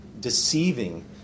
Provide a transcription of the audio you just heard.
deceiving